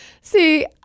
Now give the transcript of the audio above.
See